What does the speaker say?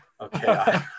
okay